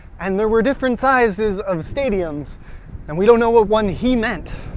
and there were different sizes of stadiums and we don't know what one he meant,